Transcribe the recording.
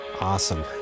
Awesome